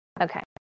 Okay